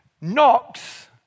knocks